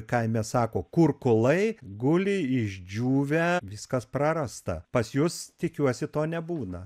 kaime sako kurkulai guli išdžiūvę viskas prarasta pas jus tikiuosi to nebūna